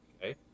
Okay